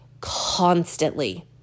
constantly